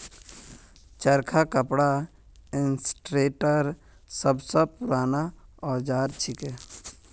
चरखा कपड़ा इंडस्ट्रीर सब स पूराना औजार छिके